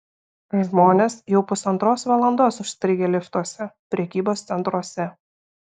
žmonės jau pusantros valandos užstrigę liftuose prekybos centruose